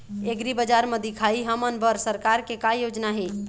एग्रीबजार म दिखाही हमन बर सरकार के का योजना हे?